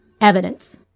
evidence